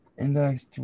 index